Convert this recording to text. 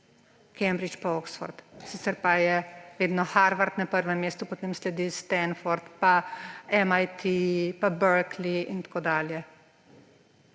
Cambridge pa Oxford. Sicer pa je vedno Harvard na prvem mestu, potem sledijo Stanford, MIT pa Berkeley in tako dalje.